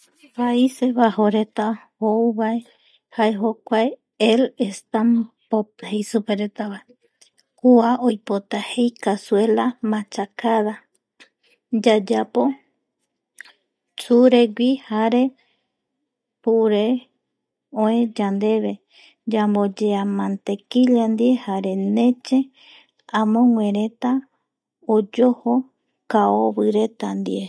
Paise bajoreta jou vae jaeko jokuae elestan jei superetavae kua oipota jei cazuela machacada yayapo churegui jare pure oe yandeve yamboyea mantequilla ndie neche añoguereta oyojo kaovireta ndie